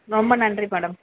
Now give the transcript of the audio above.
ரொம்ப நன்றி மேடம்